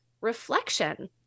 reflection